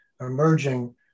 emerging